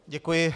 Děkuji.